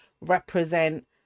represent